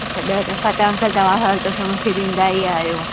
अच्छा ॾह दफ़ा त अंकल तव्हां हर दफ़े मूंखे ॾिंदा ई आहियो